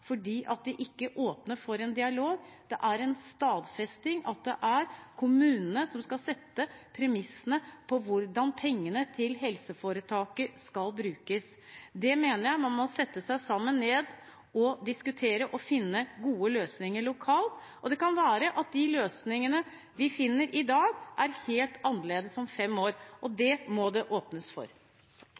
fordi det ikke åpner for en dialog; det er en stadfesting av at det er kommunene som skal sette premissene for hvordan pengene til helseforetaket skal brukes. Det mener jeg man må sette seg ned sammen og diskutere og finne gode løsninger for lokalt, og det kan være at de løsningene vi finner i dag, er helt annerledes om fem år. Det må det åpnes for.